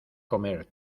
comer